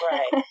Right